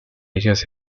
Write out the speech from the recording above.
ellas